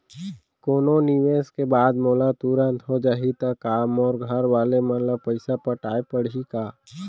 कोनो निवेश के बाद मोला तुरंत हो जाही ता का मोर घरवाले मन ला पइसा पटाय पड़ही का?